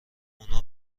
اونها